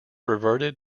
reverted